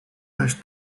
weź